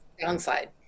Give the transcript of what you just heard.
downside